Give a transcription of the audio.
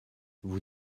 vous